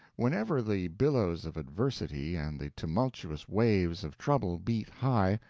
whenever the billows of adversity and the tumultuous waves of trouble beat high,